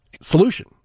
solution